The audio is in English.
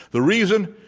the reason?